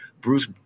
Bruce